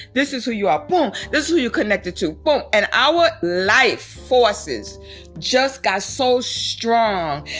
this is who you are boom. this is who you connected to boom. and our life forces just got so strong.